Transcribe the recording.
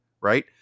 right